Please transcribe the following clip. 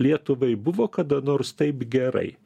lietuvai buvo kada nors taip gerai